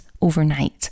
overnight